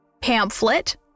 pamphlet